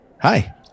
Hi